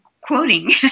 quoting